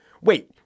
Wait